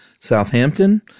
Southampton